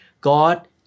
God